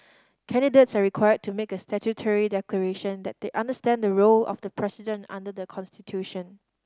candidates are required to make a statutory declaration that they understand the role of the president under the constitution